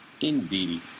Indeed